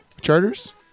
Charters